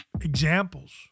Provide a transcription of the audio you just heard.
examples